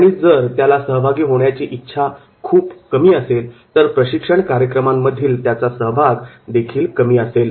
आणि जर त्याला सहभागी होण्याची इच्छा खूपच कमी असेल तर प्रशिक्षण कार्यक्रमांमधील त्याचा सहभाग देखील कमी असेल